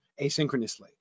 asynchronously